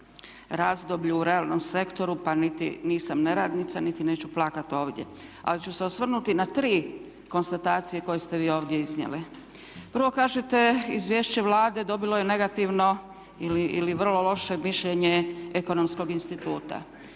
razdoblju u realnom sektoru pa niti nisam neradnica niti neću plakati ovdje. Ali ću se osvrnuti na tri konstatacije koje ste vi ovdje iznijeli. Prvo kažete izvješće Vlade dobilo je negativno ili vrlo loše mišljenje ekonomskog instituta.